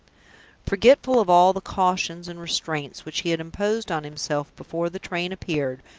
forgetful of all the cautions and restraints which he had imposed on himself before the train appeared,